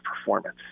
performance